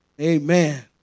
Amen